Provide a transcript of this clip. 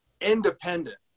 independent